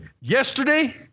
yesterday